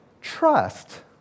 trust